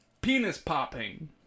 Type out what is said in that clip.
penis-popping